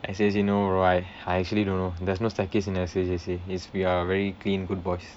S_A_J_C no bro I actually don't know there's no staircase in S_A_J_C is we are very clean good boys